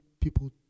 people